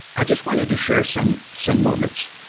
i just wanted to share some, some moments,